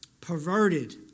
perverted